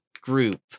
group